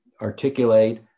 articulate